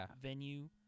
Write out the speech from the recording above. venue